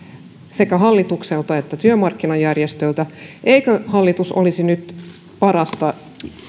sekä hallitukselta että työmarkkinajärjestöiltä eikö hallitus olisi nyt parasta